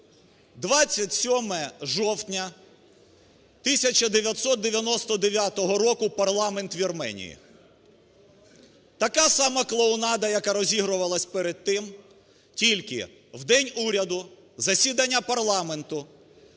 27 жовтня 1999 року парламент Вірменії - така сама клоунада, яка розігрувалась перед тим, тільки в день уряду засідання парламенту